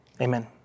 Amen